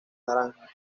naranja